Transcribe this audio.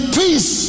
peace